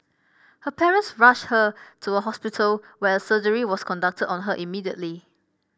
her parents rushed her to a hospital where a surgery was conducted on her immediately